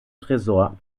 tresor